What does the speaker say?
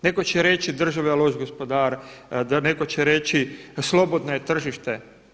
Neko će reći država je loš gospodar, neko će reći slobodno je tržište.